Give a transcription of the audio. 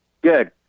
Good